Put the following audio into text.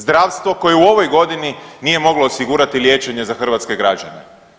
Zdravstvo koje u ovoj godini nije moglo osigurati liječenje za hrvatske građane.